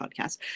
podcast